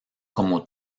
como